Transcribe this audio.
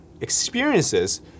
experiences